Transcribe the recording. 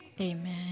Amen